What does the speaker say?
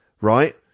right